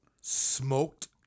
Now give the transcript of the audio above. smoked